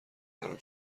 دارم